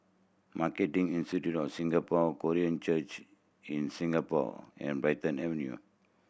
Marketing Institute of Singapore Korean Church in Singapore and Brighton Avenue